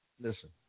Listen